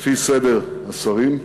לפי סדר השרים.